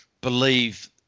believe